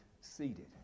seated